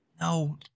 No